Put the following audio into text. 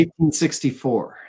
1864